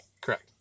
Correct